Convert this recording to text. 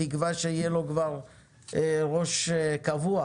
בתקווה שיהיה לו כבר ראש קבוע.